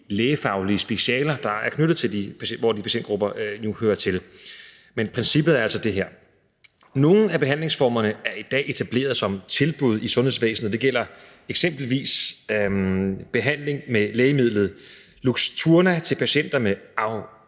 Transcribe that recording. lægefaglige specialer, hvor de patientgrupper nu hører til. Men princippet er altså det her. Nogle af behandlingsformerne er i dag etableret som tilbud i sundhedsvæsenet. Det gælder eksempelvis behandling med lægemidlet Luxturna til patienter med